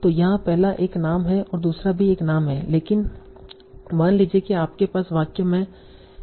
तो यहाँ पहला एक नाम है और दूसरा भी एक नाम है लेकिन मान लीजिए कि आपके पास वाक्य में ही है